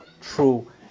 true